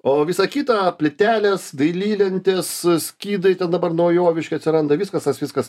o visa kita plytelės dailylentės skydai ten dabar naujoviški atsiranda viskas tas viskas